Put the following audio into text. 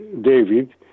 David